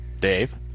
Dave